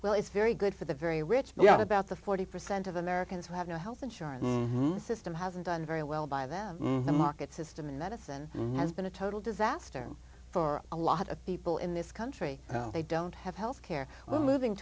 well it's very good for the very rich but what about the forty percent of americans who have no health insurance system hasn't done very well by them the market system in medicine has been a total disaster for a lot of people in this country they don't have health care when moving